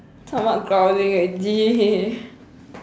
stomach growling already